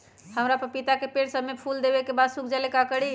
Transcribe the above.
हमरा पतिता के पेड़ सब फुल देबे के बाद सुख जाले का करी?